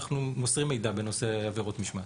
אנחנו מוסרים מידע בנושא עבירות משמעת.